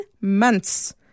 months